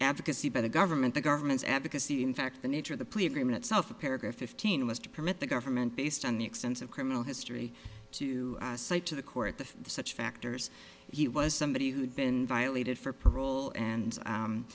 advocacy by the government the government's advocacy in fact the nature of the plea agreement itself of paragraph fifteen was to permit the government based on the extensive criminal history to cite to the court that such factors he was somebody who'd been violated for parole and